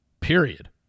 Period